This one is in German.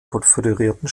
konföderierten